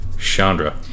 Chandra